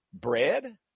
bread